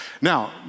Now